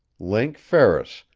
link ferris,